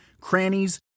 crannies